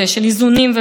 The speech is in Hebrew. לאדם אחד,